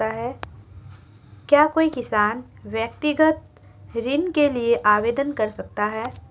क्या कोई किसान व्यक्तिगत ऋण के लिए आवेदन कर सकता है?